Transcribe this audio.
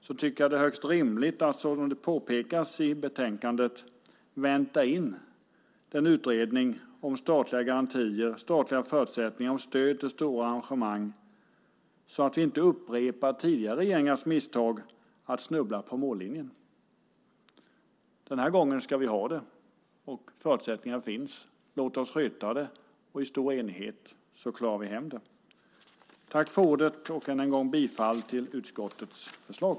Då tycker jag att det är högst rimligt att, som det påpekas i betänkandet, vänta in en utredning om statliga garantier, statliga förutsättningar om stöd till stora arrangemang, så att vi inte upprepar tidigare regeringars misstag att snubbla på mållinjen. Den här gången ska vi ha det. Förutsättningar finns. Låt oss sköta det och i stor enighet så klarar vi hem det. Jag yrkar än en gång bifall till utskottets förslag.